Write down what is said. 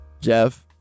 Jeff